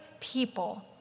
people